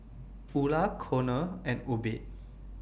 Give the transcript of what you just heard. Ula Conor and Obed